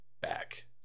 Back